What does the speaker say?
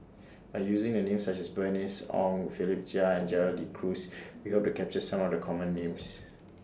By using Names such as Bernice Ong Philip Chia and Gerald De Cruz We Hope to capture Some of The Common Names